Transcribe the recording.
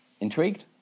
Intrigued